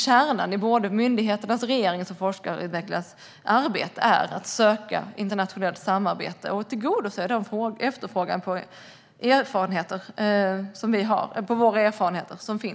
Kärnan i myndigheternas, regeringens och forskarnas arbete är att söka internationellt samarbete och tillgodose den efterfrågan som finns runt om i världen på våra erfarenheter.